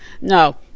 no